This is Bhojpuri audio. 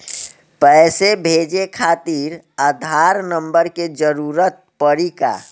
पैसे भेजे खातिर आधार नंबर के जरूरत पड़ी का?